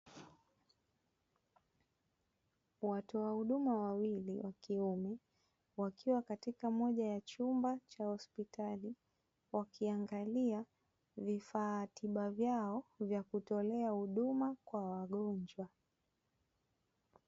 Watoa huduma wawili wa kiume wakiwa katika moja ya chumba cha hospitali, wakiangalia vifaa tiba vyao vya kutolea huduma kwa wagonjwa.